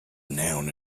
noun